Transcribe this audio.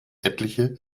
etliche